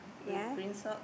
ya